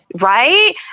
right